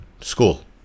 school